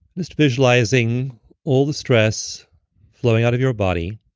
just visualizing all the stress flowing out of your body.